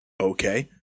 Okay